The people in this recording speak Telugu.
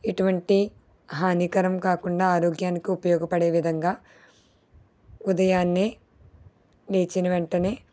ఎటువంటి హానికరం కాకుండా ఆరోగ్యానికి ఉపయోగపడే విధంగా ఉదయాన్నే లేచిన వెంటనే